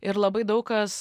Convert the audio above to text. ir labai daug kas